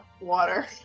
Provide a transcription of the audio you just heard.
Water